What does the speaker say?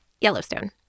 Yellowstone